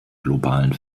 globalen